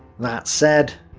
that said,